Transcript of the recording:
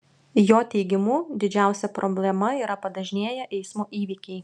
jo teigimu didžiausia problema yra padažnėję eismo įvykiai